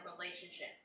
relationship